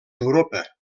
europa